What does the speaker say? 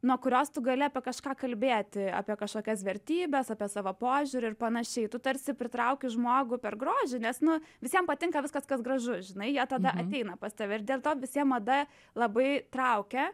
nuo kurios tu gali apie kažką kalbėti apie kažkokias vertybes apie savo požiūrį ir panašiai tu tarsi pritrauki žmogų per grožį nes nu visiem patinka viskas kas gražu žinai jie tada ateina pas tave ir dėl to visiem mada labai traukia